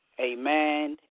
amen